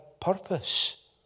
purpose